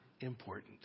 important